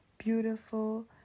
Beautiful